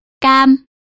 Cam